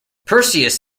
perseus